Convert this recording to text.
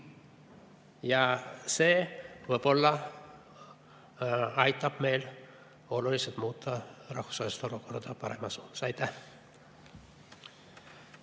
Ja see võib-olla aitab meil oluliselt muuta rahvusvahelist olukorda parema suunas.